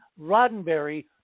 Roddenberry